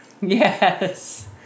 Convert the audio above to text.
Yes